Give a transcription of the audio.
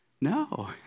No